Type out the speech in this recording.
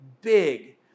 big